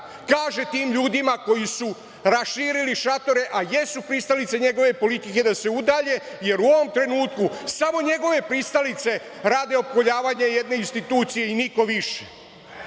kaže tim ljudima koji su raširili šatore, a jesu pristalice njegove politike da se udalje, jer u ovom trenutku samo njegove pristalice rade opkoljavanje jedne institucije i niko više. Pod